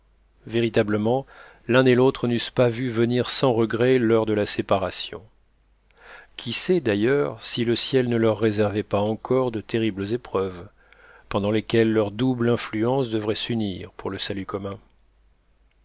véritablement l'un et l'autre n'eussent pas vu venir sans regrets l'heure de la séparation qui sait d'ailleurs si le ciel ne leur réservait pas encore de terribles épreuves pendant lesquelles leur double influence devrait s'unir pour le salut commun